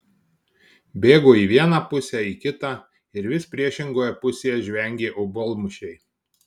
bėgo į vieną pusę į kitą ir vis priešingoje pusėje žvengė obuolmušiai